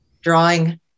drawing